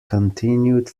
continued